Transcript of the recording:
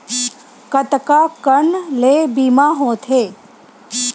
कतका कन ले बीमा होथे?